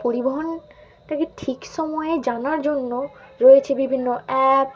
পরিবহনটাকে ঠিক সময়ে জানার জন্য রয়েছে বিভিন্ন অ্যাপ